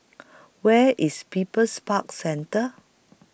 Where IS People's Park Centre